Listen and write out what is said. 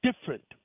different